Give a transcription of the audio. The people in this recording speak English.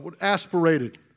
aspirated